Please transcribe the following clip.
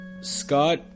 Scott